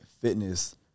fitness